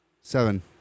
Seven